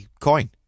coin